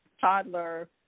toddler